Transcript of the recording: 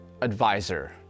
advisor